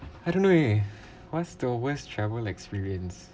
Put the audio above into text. I don't know eh what's the worst travel experience